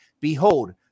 Behold